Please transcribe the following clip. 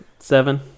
Seven